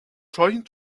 trying